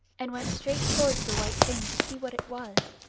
and went straight towards the white thing to see what it was.